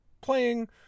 playing